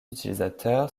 utilisateur